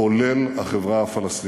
כולל החברה הפלסטינית.